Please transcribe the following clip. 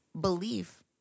belief